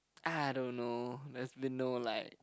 I don't know there has been no like